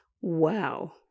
wow